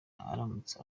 aramutse